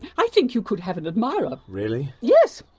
i think you could have an admirer! really? yes,